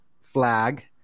flag